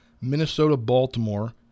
Minnesota-Baltimore